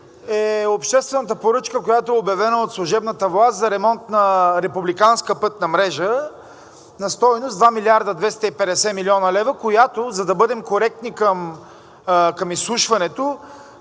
е обществената поръчка, която е обявена от служебната власт за ремонт на републиканска пътна мрежа на стойност 2 млрд. 250 млн. лв., която сума, за да бъдем коректни към изслушването,